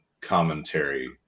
commentary